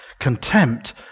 contempt